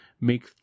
Make